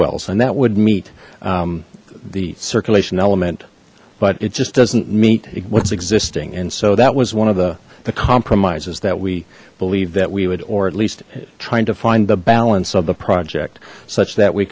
wells and that would meet the circulation element but it just doesn't meet what's existing and so that was one of the the compromises that we believe that we would or at least trying to find the balance of the project such that we